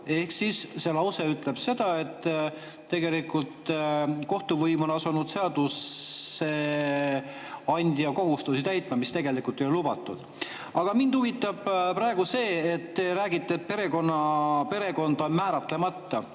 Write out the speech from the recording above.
auku olla. See lause ütleb seda, et tegelikult kohtuvõim on asunud seadusandja kohustusi täitma, mis tegelikult ei ole lubatud. Aga mind huvitab praegu see. Te räägite, et perekond on määratlemata.